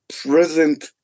present